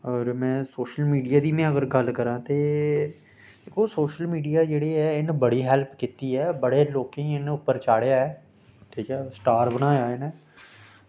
अगर में social media दी में अगर गल्ल करांऽ ते दिक्खो सोशल मीडिया जेह्ड़ी ऐ इन्न बड़ी हेल्प कीती ऐ बड़े लोकें गी इन्न उप्पर चाढ़ेआ ऐ ठीक ऐ स्टार बनाया ऐ इ'नें